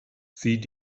sieh